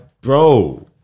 bro